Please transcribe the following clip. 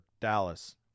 Dallas